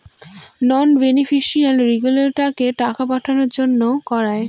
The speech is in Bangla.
নন বেনিফিশিয়ারিগুলোকে টাকা পাঠাবার জন্য করায়